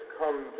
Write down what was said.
come